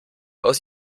aus